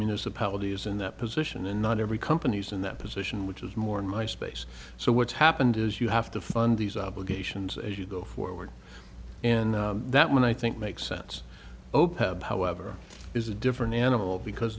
municipality is in that position and not every company's in that position which is more in my space so what's happened is you have to fund these obligations as you go forward and that when i think makes sense open however is a different animal because